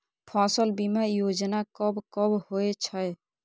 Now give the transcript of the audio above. फसल बीमा योजना कब कब होय छै?